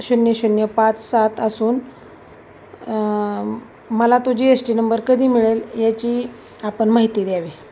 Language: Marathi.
शून्य शून्य पाच सात असून मला तु जी एस टी नंबर कधी मिळेल याची आपण माहिती द्यावी